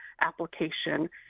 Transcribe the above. application